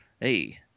hey